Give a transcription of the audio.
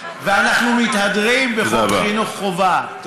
ואנחנו מתהדרים בחוק חינוך חובה.